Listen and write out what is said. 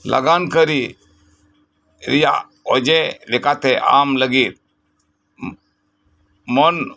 ᱞᱟᱜᱟᱱ ᱠᱟᱹᱨᱤ ᱨᱮᱭᱟᱜ ᱚᱡᱮ ᱞᱮᱠᱟᱛᱮ ᱟᱢ ᱞᱟᱜᱤᱫ ᱢᱚᱱ